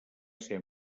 ser